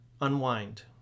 Unwind